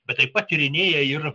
bet taip pat tyrinėja ir